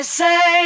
say